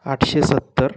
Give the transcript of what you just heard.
आठशे सत्तर